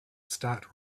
start